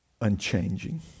unchanging